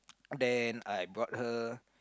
then I got her